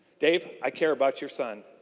dave i care about your son.